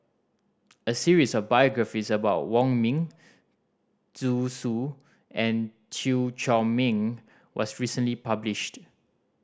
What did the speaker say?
a series of biographies about Wong Ming Zhu S U and Chew Chor Meng was recently published